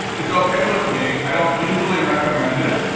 it's ok with me. i don't usually recommend it,